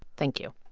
thank you